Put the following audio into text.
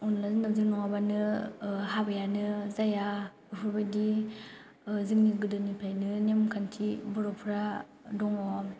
अनलाजों दावजों नङाबानो हाबायानो जाया बेफोर बायदि जोंनि गोदोनिफ्रायनो नेम खान्थि बर'फ्रा दङ